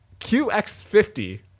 QX50